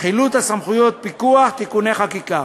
(חילוט וסמכויות פיקוח) (תיקוני חקיקה),